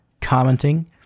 commenting